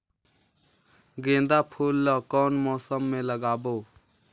गेंदा फूल ल कौन मौसम मे लगाबो?